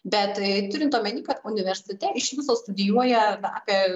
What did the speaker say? bet tai turint omeny kad universitete iš viso studijuoja apie